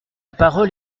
parole